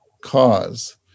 cause